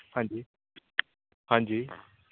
ਹਾਂਜੀ ਹਾਂਜੀ